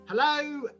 Hello